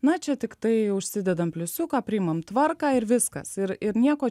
na čia tiktai užsidedam pliusiuką priimam tvarką ir viskas ir ir nieko